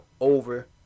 over